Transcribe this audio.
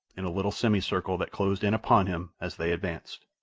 in a little semicircle that closed in upon him as they advanced.